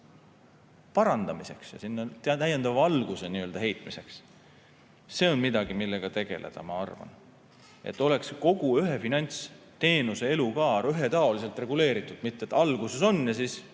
parandamiseks ja sinna täiendava valguse heitmiseks. See on midagi, millega tegeleda, ma arvan, et oleks kogu ühe finantsteenuse elukaar ühetaoliselt reguleeritud. Mitte nii, et alguses on, aga siis,